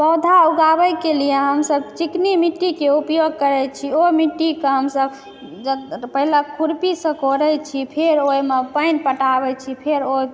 पौधा उगाबैके लिए हमसब चिकनी मिट्टीके उपयोग करै छी ओ मिट्टीके हमसब पहिने खुरपीसँ कोरै छी फेर ओहिमे पानि पटाबै छी फेर ओहि